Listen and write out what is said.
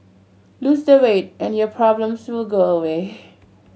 lose the weight and your problems will go away